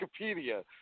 Wikipedia